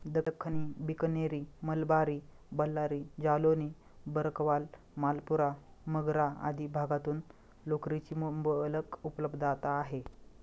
दख्खनी, बिकनेरी, मलबारी, बल्लारी, जालौनी, भरकवाल, मालपुरा, मगरा आदी भागातून लोकरीची मुबलक उपलब्धता आहे